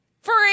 Free